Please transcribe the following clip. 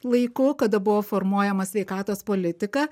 laiku kada buvo formuojamas sveikatos politika